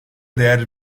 değer